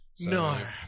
No